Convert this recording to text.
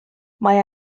mae